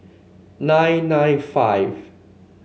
nine nine five